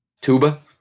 Tuba